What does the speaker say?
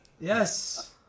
Yes